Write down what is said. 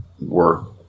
work